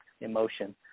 emotion